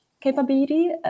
capability